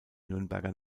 nürnberger